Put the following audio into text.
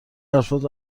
افراد